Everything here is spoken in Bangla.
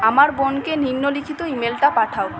আমার বোনকে নিম্নলিখিত ই মেলটা পাঠাও